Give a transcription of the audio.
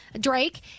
Drake